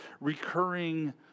recurring